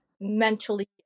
mentally